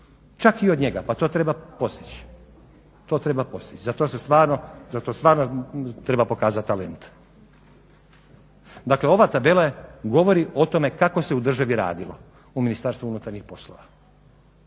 Čak i od njega, pa to treba postići. Za to stvarno treba pokazati talent. Dakle ova tabela govori o tome kako se u državi radilo u Ministarstvu unutarnjih poslova.